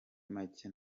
make